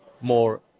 more